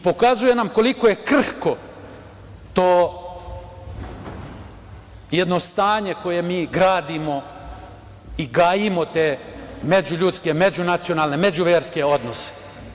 Pokazuje nam koliko je krhko to jedno stanje koje mi gradimo i gajimo te međuljudske, međunacionalne, međuverske odnose.